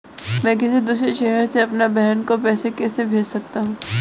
मैं किसी दूसरे शहर से अपनी बहन को पैसे कैसे भेज सकता हूँ?